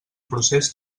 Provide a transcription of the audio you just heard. procés